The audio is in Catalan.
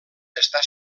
està